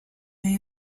may